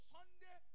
Sunday